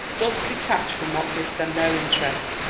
thus detached from what gives them their interest,